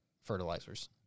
fertilizers